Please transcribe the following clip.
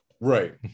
Right